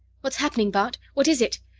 what's happening? bart, what is it?